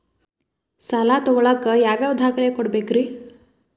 ಸಾಲ ತೊಗೋಳಾಕ್ ಯಾವ ಯಾವ ದಾಖಲೆ ಕೊಡಬೇಕ್ರಿ?